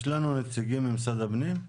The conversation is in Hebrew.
יש לנו נציגים ממשרד הפנים?